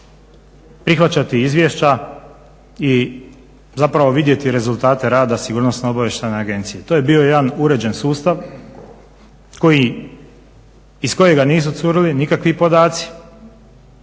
prihvaćati izvješća i zapravo vidjeti rezultate rada Sigurnosno-obavještajne agencije. To je bio jedan uređen sustav iz kojega nisu curili nikakvi podaci,